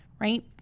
right